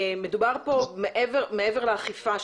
מדובר פה מעבר לאכיפה,